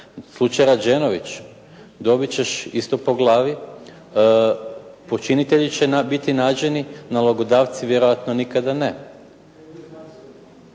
Slučaj Rađenović? Dobiti ćeš isto po glavi, počinitelji će biti nađeni, nalogodavci vjerojatno nikada ne.